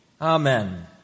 Amen